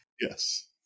Yes